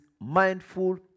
mindful